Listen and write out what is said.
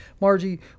Margie